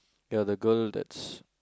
ya the girl that's